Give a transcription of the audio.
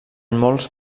molts